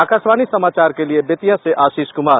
आकाशवाणी समाचार के लिए बेतिया से आशीष कुमार